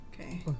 Okay